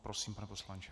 Prosím, pane poslanče.